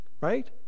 Right